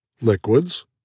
Liquids